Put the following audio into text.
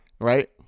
Right